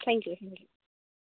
thank you thank you